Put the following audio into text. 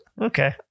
Okay